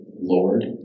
Lord